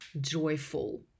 joyful